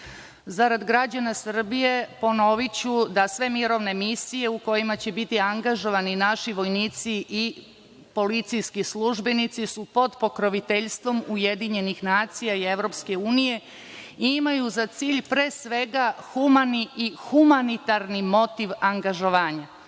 građana Srbije, ponoviću da su sve mirovne misije u kojima će biti angažovani naši vojnici i policijski službenici pod pokroviteljstvom UN i EU i imaju za cilj pre svega humani i humanitarni motiv angažovanja.